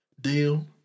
Deal